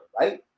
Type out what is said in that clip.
right